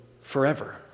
forever